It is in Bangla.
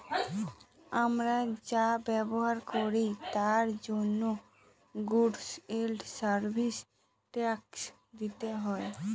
আমরা যা ব্যবহার করি তার জন্য গুডস এন্ড সার্ভিস ট্যাক্স দিতে হয়